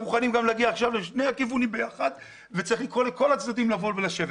מוכנים גם עכשיו להגיע הכיוונים ביחד וצריך לקרוא לכל הצדדים לבוא ולשבת.